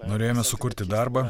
norėjome sukurti darbą